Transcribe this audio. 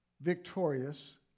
victorious